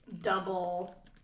double